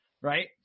Right